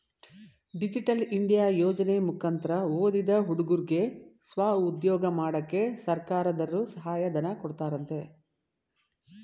digital India ಯೋಜನೆ ಮುಕಂತ್ರ ಓದಿದ ಹುಡುಗುರ್ಗೆ ಸ್ವಉದ್ಯೋಗ ಮಾಡಕ್ಕೆ ಸರ್ಕಾರದರ್ರು ಸಹಾಯ ಧನ ಕೊಡ್ತಾರಂತೆ